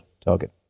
target